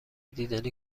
دیدنی